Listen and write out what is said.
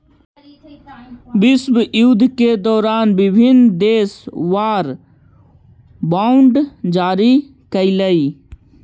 विश्वयुद्ध के दौरान विभिन्न देश वॉर बॉन्ड जारी कैलइ